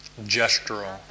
gestural